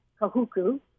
Kahuku